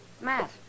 Matt